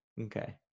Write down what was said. Okay